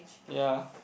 ya